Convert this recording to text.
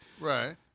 Right